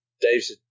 Dave's